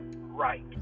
right